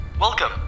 Welcome